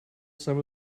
some